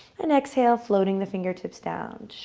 and exhale floating the fingertips down.